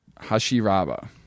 Hashiraba